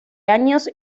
años